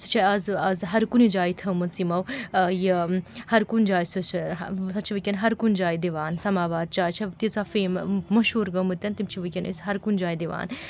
سُہ چھِ اَز اَز ہَر کُنہِ جایہِ تھٲومٕژ یِمو یہِ ہَر کُنہِ جایہِ سُہ چھِ سۄ چھِ وُنکٮ۪ن ہَر کُنہِ جایہِ دِوان سَماوار چاے چھےٚ تیٖژاہ فیٚم مشہوٗر گٔمٕتٮ۪ن تِم چھِ وُنکٮ۪ن أسۍ ہر کُنہِ جایہِ دِوان